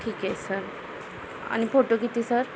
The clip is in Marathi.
ठीक आहे सर आणि फोटो किती सर